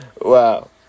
wow